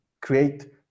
create